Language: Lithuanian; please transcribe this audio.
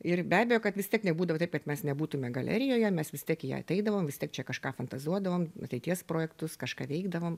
ir be abejo kad vis tiek nebūdavo taip kad mes nebūtume galerijoje mes vis tiek į ją ateidavom vis tiek čia kažką fantazuodavom ateities projektus kažką veikdavom